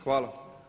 Hvala.